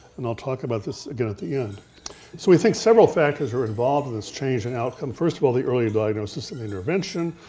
and i'll talk about this again at the end. so we think several factors are involved in this change in outcome. first of all, the early diagnosis and intervention,